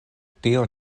tio